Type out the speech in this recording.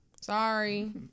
sorry